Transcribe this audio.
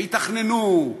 יתכננו,